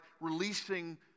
releasing